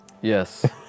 Yes